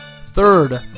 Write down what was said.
third